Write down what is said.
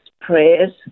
prayers